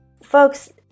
folks